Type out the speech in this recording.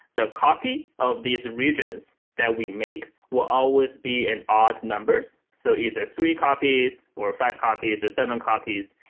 the copy of these regions that we make will always be in odd numbers, so either three copies, or five copies, or seven copies,